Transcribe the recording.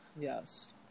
Yes